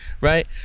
Right